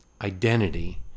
identity